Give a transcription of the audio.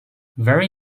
very